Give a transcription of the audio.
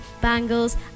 bangles